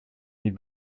niet